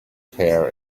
pear